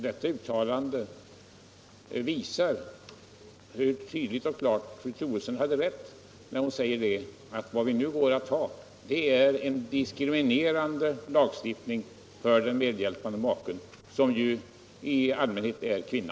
Det uttalandet tycker jag tydligt och klart visar att fru Troedsson hade rätt, när hon sade att det förslag som vi nu skall besluta om innebär en diskriminerande lagstiftning för den medhjälpande maken, som i allmänhet är kvinna.